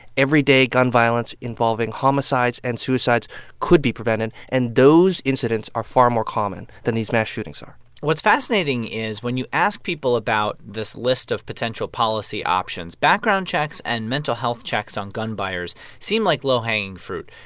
everyday gun violence involving homicides and suicides could be prevented. and those incidents are far more common than these mass shootings are what's fascinating is when you ask people about this list of potential policy options, background checks and mental health checks on gun buyers seem like low-hanging fruit.